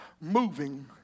moving